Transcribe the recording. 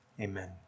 Amen